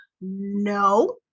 No